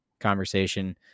conversation